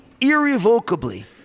irrevocably